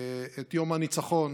את יום הניצחון,